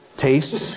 tastes